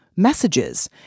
Messages